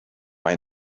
mae